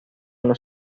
los